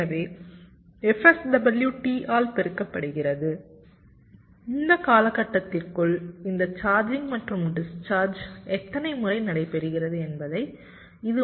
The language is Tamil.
எனவே fSW T ஆல் பெருக்கப்படுகிறது இந்த காலகட்டத்திற்குள் இந்த சார்ஜிங் மற்றும் டிஸ்சார்ஜ் எத்தனை முறை நடைபெறுகிறது என்பதை இது உங்களுக்கு வழங்கும்